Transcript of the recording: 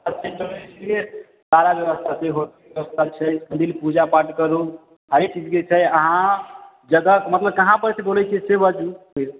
एत्तऽ सुनै छियै सारा व्यवस्था सेहो छै सब दिन पूजा पाठ करू अहीठम जे छै अहाँ जगह मतलब कहाँपर सँ बोलै छियै से बाजू